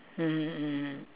mmhmm mmhmm